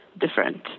different